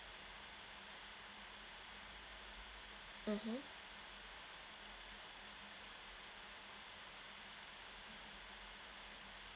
mmhmm